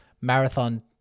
marathon